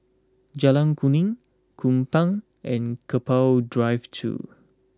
Jalan Kuning Kupang and Keppel Drive two